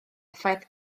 effaith